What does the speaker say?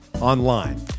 online